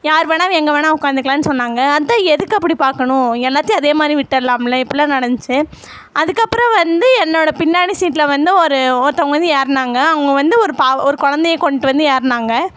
யார் வேணாலும் எங்கள் வேணால் உட்காந்துக்கலான்னு சொன்னாங்க அதான் எதுக்கு அப்படி பார்க்கணும் எல்லாத்தையும் அதே மாதிரி விட்டர்லாம்ல இப்பிடில்லாம் நடந்துச்சு அதுக்கு அப்பறம் வந்து என்னோடய பின்னாடி சீட்டில் வந்து ஒரு ஒருத்தவங்க வந்து ஏறுனாங்க அவங்க வந்து ஒரு பா ஒரு குழந்தைய கொண்ட்டு வந்து ஏறுனாங்க